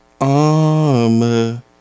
Armor